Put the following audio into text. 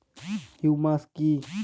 Humus কি?